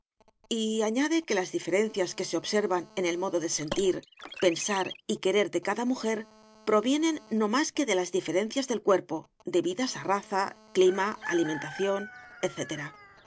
añade que las diferencias que se observan en el modo de sentir pensar y querer de cada mujer provienen no más que de las diferencias del cuerpo debidas a raza clima alimentación